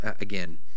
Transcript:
again